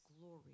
glory